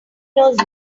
knows